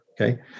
okay